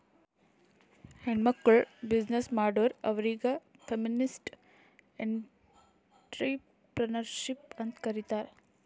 ಹೆಣ್ಮಕ್ಕುಳ್ ಬಿಸಿನ್ನೆಸ್ ಮಾಡುರ್ ಅವ್ರಿಗ ಫೆಮಿನಿಸ್ಟ್ ಎಂಟ್ರರ್ಪ್ರಿನರ್ಶಿಪ್ ಅಂತ್ ಕರೀತಾರ್